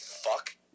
fuck